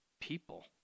people